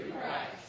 Christ